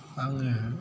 आङो